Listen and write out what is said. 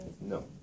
No